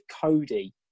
Cody